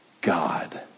God